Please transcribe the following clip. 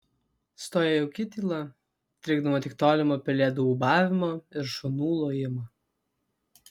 stoja jauki tyla trikdoma tik tolimo pelėdų ūbavimo ir šunų lojimo